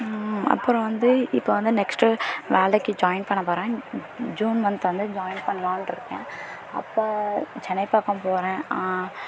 அப்புறம் வந்து இப்போ வந்து நெக்ஸ்ட்டு வேலைக்கு ஜாயின் பண்ண போகிறேன் ஜூன் மந்த் வந்து ஜாயின் பண்ணலானிருக்கேன் அப்போ சென்னை பக்கம் போகிறேன்